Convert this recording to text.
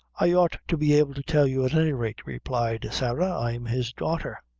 i ought to be able to tell you, at any rate, replied sarah i'm his daughter.